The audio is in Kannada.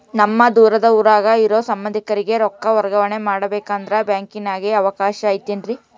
ನಮ್ಮ ದೂರದ ಊರಾಗ ಇರೋ ಸಂಬಂಧಿಕರಿಗೆ ರೊಕ್ಕ ವರ್ಗಾವಣೆ ಮಾಡಬೇಕೆಂದರೆ ಬ್ಯಾಂಕಿನಾಗೆ ಅವಕಾಶ ಐತೇನ್ರಿ?